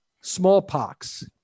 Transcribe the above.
smallpox